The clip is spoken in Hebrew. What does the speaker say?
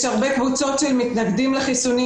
יש הרבה קבוצות של מתנגדים לחיסונים.